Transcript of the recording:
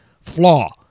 flaw